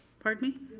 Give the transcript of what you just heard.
pardon me?